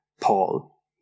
Paul